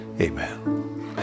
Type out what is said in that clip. Amen